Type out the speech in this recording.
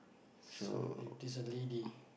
some~ if this a lady